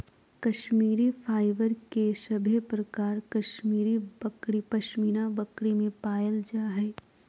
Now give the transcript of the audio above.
Kashmiri fibre के सभे प्रकार कश्मीरी बकरी, पश्मीना बकरी में पायल जा हय